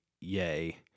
yay